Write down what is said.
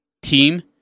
team